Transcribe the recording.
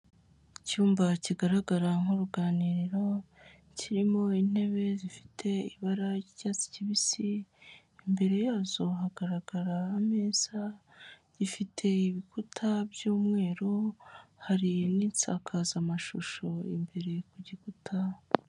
Icyumba kigaragara nk'uruganiriro, kirimo intebe zifite ibara ry'icyatsi kibisi, imbere yazo hagaragara ameza, gifite ibikuta by'umweru, hari n'insakazamashusho imbere ku gikuta.